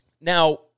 Now